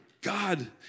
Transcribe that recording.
God